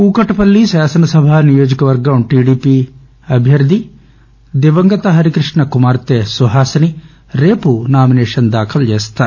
కూకట్పల్లి శాసనసభ నియోజకవర్గం నుంచి టీడిపి అభ్యర్దిగా దివంగత హరికృష్ణ కుమార్తె సుహాసిని రేపు నామినేషన్ దాఖలు చేస్తారు